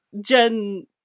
Gen